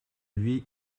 lui